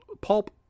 pulp